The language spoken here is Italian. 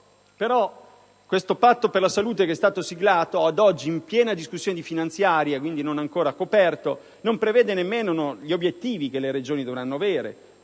però questo patto per la salute che è stato siglato, ad oggi, in piena discussione finanziaria, quindi non ancora coperto, non prevede nemmeno gli obiettivi che le Regioni dovranno porsi.